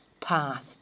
path